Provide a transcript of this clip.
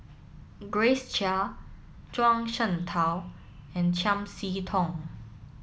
Grace Chia Zhuang Shengtao and Chiam See Tong